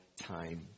time